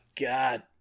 God